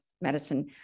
medicine